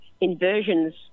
inversions